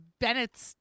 Bennett's